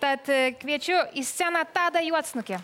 tad kviečiu į sceną tadą juodsnukį